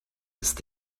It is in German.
ist